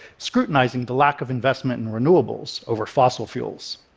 scrutinizing the lack of investment in renewables over fossil fuels.